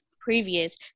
previous